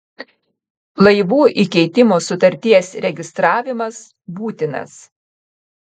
laivų įkeitimo sutarties registravimas būtinas